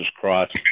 crossed